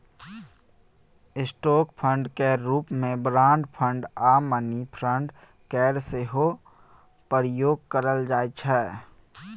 stock fund केर रूप मे बॉन्ड फंड आ मनी फंड केर सेहो प्रयोग करल जाइ छै